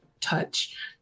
touch